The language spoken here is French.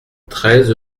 treize